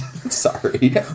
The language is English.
Sorry